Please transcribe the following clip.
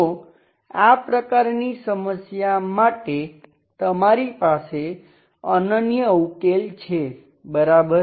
તો આ પ્રકારની સમસ્યા માટે તમારી પાસે અનન્ય ઉકેલ છે બરાબર